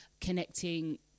connecting